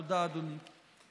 תודה, אדוני.